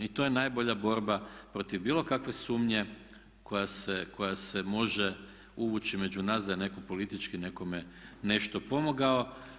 I to je najbolja borba protiv bilo kakve sumnje koja se može uvući među nas da je netko politički nekome nešto pomogao.